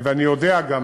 ואני יודע גם,